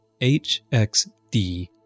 HXD